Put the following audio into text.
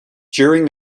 during